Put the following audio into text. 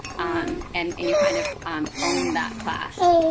um and and you kind of um own that class.